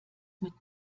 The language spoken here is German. mit